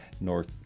North